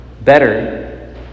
better